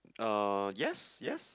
uh yes yes